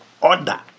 order